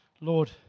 Lord